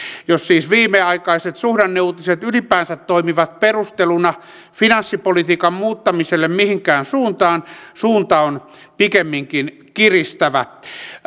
jos siis viimeaikaiset suhdanneuutiset ylipäänsä toimivat perusteluna finanssipolitiikan muuttamiselle mihinkään suuntaan suunta on pikemminkin kiristävä